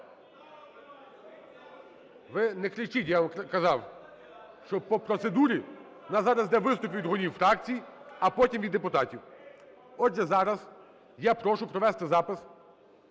Ви не кричіть. Я вам казав, що по процедурі у нас зараз ідуть виступи від голів фракцій, а потім – від депутатів. Отже, зараз я прошу провести запис